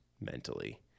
mentally